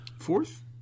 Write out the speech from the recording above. Fourth